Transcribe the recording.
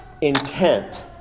intent